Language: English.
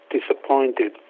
disappointed